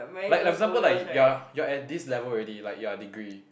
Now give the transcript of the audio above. like like for example like you're you're at this level already like you are degree